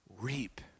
reap